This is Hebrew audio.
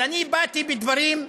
אני באתי בדברים,